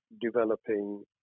developing